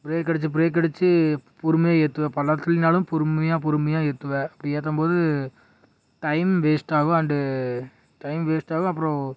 break அடிச்சு brake அடிச்சு பொறுமையாக ஏற்றுவேன் பள்ள இடத்தினாலும் பொறுமையாக பொறுமையாக ஏற்றுவேன் அப்படி ஏத்தம்போது டைம் வேஸ்ட்டாகும் அண்டு டைம் வேஸ்ட்டாகும் அப்புறோம்